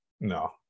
no